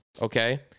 Okay